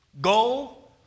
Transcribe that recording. go